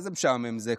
נכון, איזה משעמם זה?